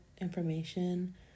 information